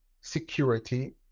security